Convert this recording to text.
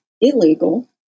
illegal